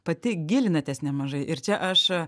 pati gilinatės nemažai ir čia aš